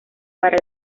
para